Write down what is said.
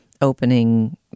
opening